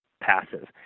passive